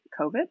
COVID